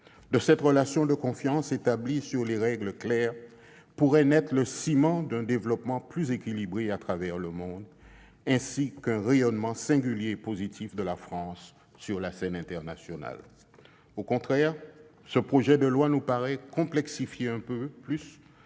Cette relation de confiance, établie sur des règles claires, pourrait constituer le ciment d'un développement plus équilibré à travers le monde et favoriser un rayonnement singulier et positif de la France sur la scène internationale. Au contraire, ce projet de loi nous paraît complexifier un peu plus